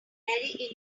very